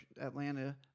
Atlanta